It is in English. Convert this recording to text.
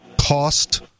cost